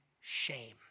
shame